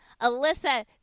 Alyssa